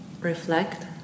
Reflect